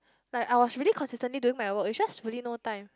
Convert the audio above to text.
like I was really consistently doing my work is just really no time